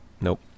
Nope